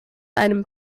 einem